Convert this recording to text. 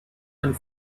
and